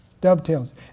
dovetails